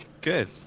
good